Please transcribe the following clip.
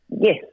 Yes